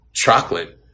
chocolate